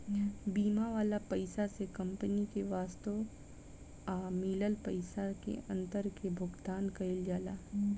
बीमा वाला पइसा से कंपनी के वास्तव आ मिलल पइसा के अंतर के भुगतान कईल जाला